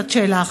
זאת שאלה אחת.